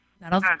That'll